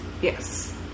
yes